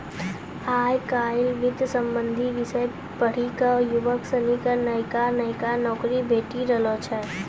आय काइल वित्त संबंधी विषय पढ़ी क युवक सनी क नयका नयका नौकरी भेटी रहलो छै